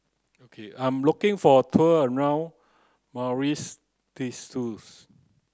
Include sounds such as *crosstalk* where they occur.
I'm looking for tour around *unintelligible*